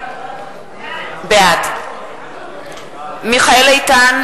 בעד מיכאל איתן,